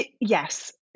Yes